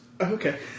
Okay